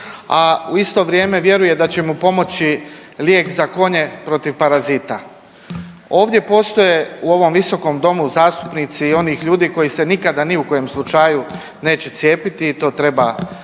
u isto vrijeme vjeruje da će mu pomoći lijek za konje protiv parazita. Ovdje postoje u ovom Visokom domu zastupnici i onih ljudi koji se nikada ni u kojem slučaju neće cijepiti i to treba